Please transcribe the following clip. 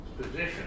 position